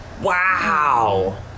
Wow